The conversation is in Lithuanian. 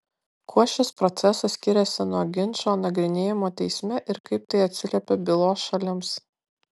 kuo šis procesas skiriasi nuo ginčo nagrinėjimo teisme ir kaip tai atsiliepia bylos šalims